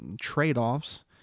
trade-offs